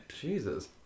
Jesus